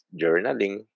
journaling